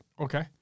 Okay